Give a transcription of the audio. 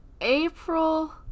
April